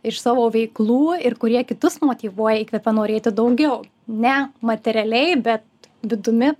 iš savo veiklų ir kurie kitus motyvuoja įkvepia norėti daugiau ne materialiai bet vidumi